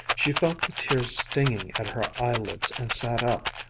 she felt the tears stinging at her eyelids and sat up,